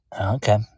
okay